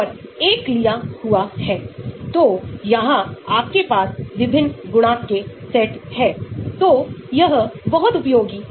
अगर इलेक्ट्रॉन निकासीहै हमारे पास जैविक गतिविधि भी बढ़ रही है